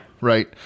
Right